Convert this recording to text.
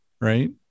right